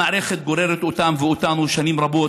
המערכת גוררת אותם ואותנו שנים רבות,